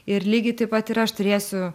ir lygiai taip pat ir aš turėsiu